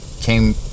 came